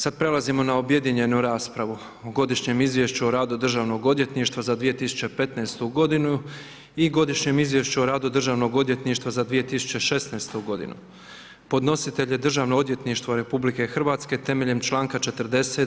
Sad prelazimo na objedinjenu raspravu o: - Godišnje izvješće o radu Državnog odvjetništva za 2015. godinu i - Godišnje izvješće o radu Državnog odvjetništva za 2016. godinu Podnositelj je Državno odvjetništvo RH temeljem članka 40.